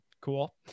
cool